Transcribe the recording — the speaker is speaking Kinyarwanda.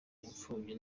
imfubyi